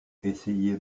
essayez